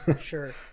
Sure